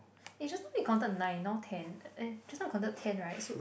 eh just now we counted nine now ten eh just now we counted ten right so